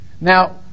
Now